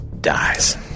dies